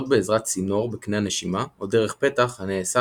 זאת בעזרת צינור בקנה הנשימה או דרך פתח הנעשה